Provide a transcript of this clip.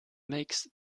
makes